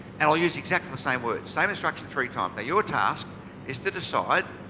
and i'll use exactly the same words. same instruction three times. your task is to decide.